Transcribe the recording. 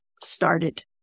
started